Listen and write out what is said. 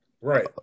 Right